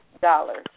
dollars